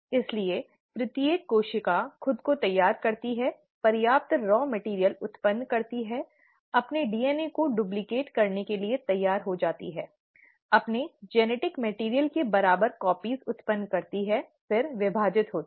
इसलिए प्रत्येक कोशिका खुद को तैयार करती है पर्याप्त रॉ मैटिअर्इअल उत्पन्न करती है अपने DNA को डुप्लिकेट करने के लिए तैयार हो जाती है अपने आनुवंशिक सामग्री के बराबर प्रतियां उत्पन्न करती है फिर विभाजित होती है